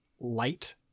light